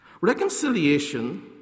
Reconciliation